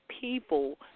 people